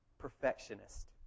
Perfectionist